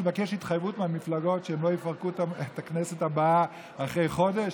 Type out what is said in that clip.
לבקש התחייבות מהמפלגות שהן לא יפרקו את הכנסת הבאה אחרי חודש?